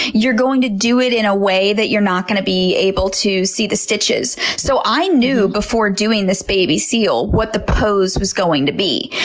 you're going to do it in a way that you're not going to be able to see the stitches. so i knew before doing this baby seal what the pose was going to be.